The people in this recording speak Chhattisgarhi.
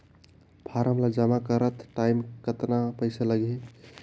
फारम ला जमा करत टाइम कतना पइसा लगही?